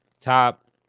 top